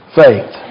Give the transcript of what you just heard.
faith